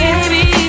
Baby